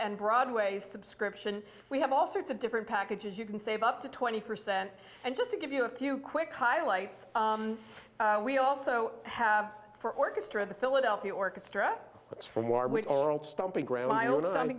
and broadway subscription we have all sorts of different packages you can save up to twenty percent and just to give you a few quick highlights we also have for orchestra the philadelphia orchestra